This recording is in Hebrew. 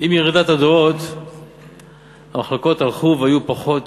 עם ירידת הדורות המחלוקות הלכו והיו פחות